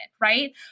Right